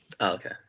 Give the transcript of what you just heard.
Okay